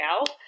out